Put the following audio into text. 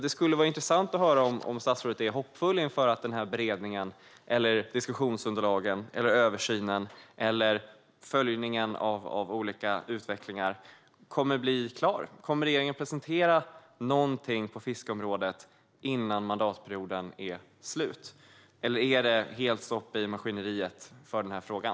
Det skulle vara intressant att höra om statsrådet är hoppfull inför att den här beredningen, diskussionsunderlagen, översynen eller följandet av olika utvecklingar kommer att bli klara. Kommer regeringen att presentera någonting på fiskeområdet innan mandatperioden är slut, eller är det helt stopp i maskineriet för den här frågan?